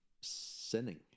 sinning